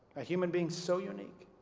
a human being so unique